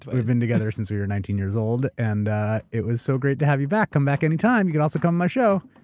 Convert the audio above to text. ah but we've been together since we were nineteen years old and it was so great to have you back. come back anytime. you can also come on my show.